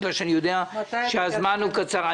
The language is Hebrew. מפני שאני יודע שהזמן הוא קצר.